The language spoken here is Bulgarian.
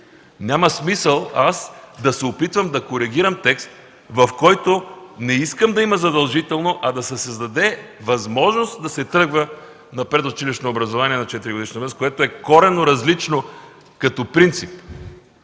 няма смисъл да се опитвам да коригирам текст, в който не искам да има задължително, а да се създаде възможност да се тръгва на предучилищно образование на 4-годишна възраст, което е коренно различно като принцип.